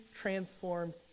transformed